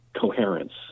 coherence